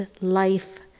life